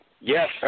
yes